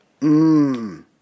Mmm